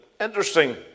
interesting